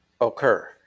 occur